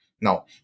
Now